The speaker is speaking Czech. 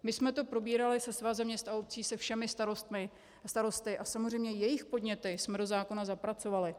My jsme to probírali se Svazem měst a obcí, se všemi starosty a samozřejmě jejich podněty jsme do zákona zapracovali.